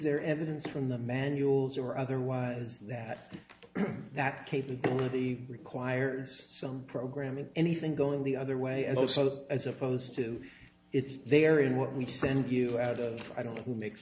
there evidence from the manuals or otherwise that that capability requires some programming anything going the other way and also as opposed to it's there in what we send you out i don't know who makes